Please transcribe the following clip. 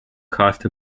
cost